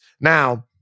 Now